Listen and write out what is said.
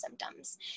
symptoms